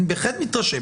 אני בהחלט מתרשם.